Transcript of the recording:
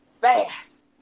Fast